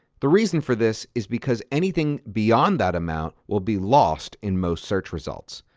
the reason for this is because anything beyond that amount will be lost in most search results.